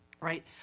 Right